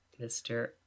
Mr